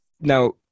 now